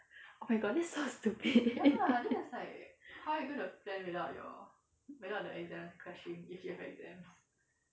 oh my god that's so stupid